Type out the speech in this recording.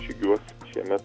žygiuot šiame